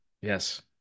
yes